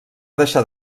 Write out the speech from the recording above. deixar